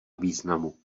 významu